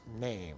name